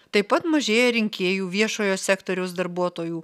taip pat mažėjo rinkėjų viešojo sektoriaus darbuotojų